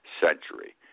century